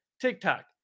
TikTok